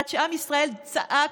עד שעם ישראל צעק: